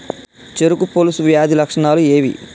చెరుకు పొలుసు వ్యాధి లక్షణాలు ఏవి?